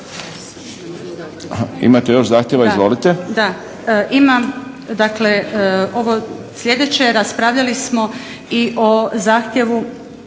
Imate još zahtjeva, izvolite. **Sobol, Gordana (SDP)** Dakle, ovo sljedeće raspravljali smo i o zahtjevu